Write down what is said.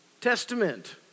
testament